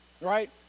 right